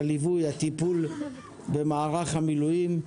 הליווי והטיפול במערך המילואים.